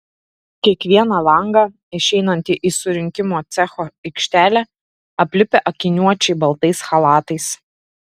kiekvieną langą išeinantį į surinkimo cecho aikštelę aplipę akiniuočiai baltais chalatais